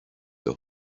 the